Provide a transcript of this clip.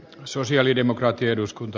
sosialidemokraatti eduskunta